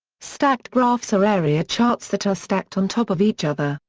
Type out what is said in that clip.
stacked graphs are area charts that are stacked on top of each other,